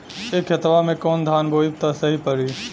ए खेतवा मे कवन धान बोइब त सही पड़ी?